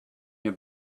your